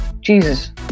Jesus